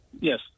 Yes